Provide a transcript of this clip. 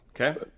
Okay